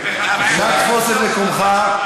תפוס את מקומך,